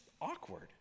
awkward